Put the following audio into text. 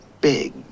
big